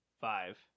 Five